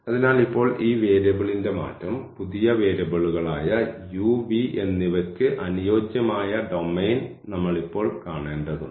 അതിനാൽ ഇപ്പോൾ ഈ വേരിയബിളിന്റെ മാറ്റം പുതിയ വേരിയബിളുകളായ u v എന്നിവയ്ക്ക് അനുയോജ്യമായ ഡൊമെയ്ൻ ഞങ്ങൾ ഇപ്പോൾ കാണേണ്ടതുണ്ട്